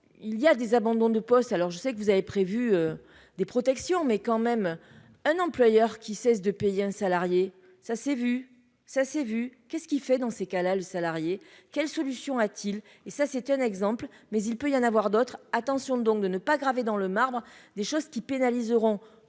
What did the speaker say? il y a des abandons de poste, alors je sais que vous avez prévu des protections, mais quand même un employeur qui cesse de payer un salarié, ça s'est vu, ça s'est vu qu'est-ce qu'il fait dans ces cas-là, le salarié, quelle solution, a-t-il et ça c'est un exemple, mais il peut y en avoir d'autres attention donc de ne pas gravé dans le marbre des choses qui pénaliseront